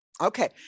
Okay